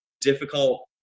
difficult